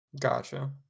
Gotcha